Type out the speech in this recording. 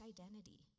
identity